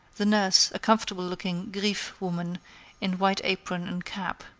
the nurse, a comfortable looking griffe woman in white apron and cap,